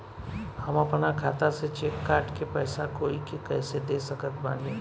हम अपना खाता से चेक काट के पैसा कोई के कैसे दे सकत बानी?